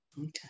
Okay